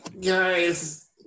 Guys